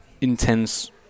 intense